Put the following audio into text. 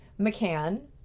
McCann